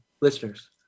listeners